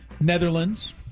Netherlands